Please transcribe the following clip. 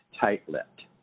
tight-lipped